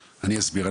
אסביר.